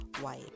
white